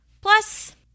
Plus